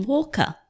Walker